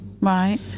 Right